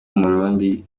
umurundi